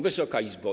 Wysoka Izbo!